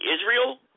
Israel